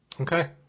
okay